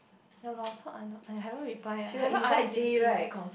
ya lor so I I haven't reply yet I haven't R_S_V_P